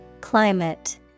Climate